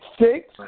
six